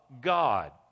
God